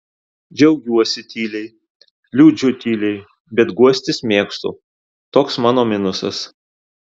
džiaugiuosi tyliai liūdžiu tyliai bet guostis mėgstu toks mano minusas